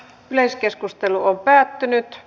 yleiskeskustelu päättyi